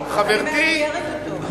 אני מאתגרת אותו.